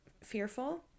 fearful